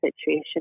situation